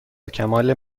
کمال